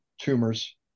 tumors